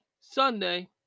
Sunday